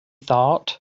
thought